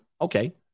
Okay